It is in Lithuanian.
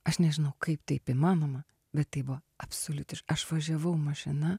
aš nežinau kaip taip įmanoma bet tai buvo absoliutiš aš važiavau mašina